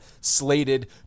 slated